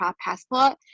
passport